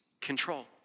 control